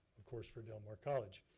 of course, for del mar college.